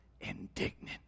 indignant